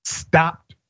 stopped